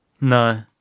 No